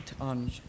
on